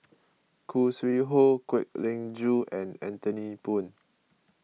Khoo Sui Hoe Kwek Leng Joo and Anthony Poon